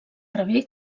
rebé